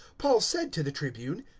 paul said to the tribune,